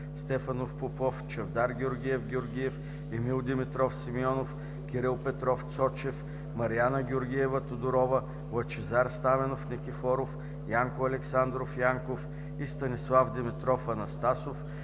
Стефанов Попов, Чавдар Георгиев Георгиев, Емил Димитров Симеонов, Кирил Петров Цочев, Мариана Георгиева Тодорова, Лъчезар Стаменов Никифоров, Янко Александров Янков и Станислав Димитров Анастасов